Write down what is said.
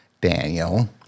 Daniel